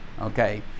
Okay